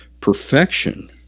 perfection